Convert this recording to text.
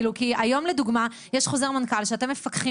כי היום לדוגמה יש חוזר מנכ"ל שאתם מפקחים